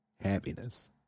happiness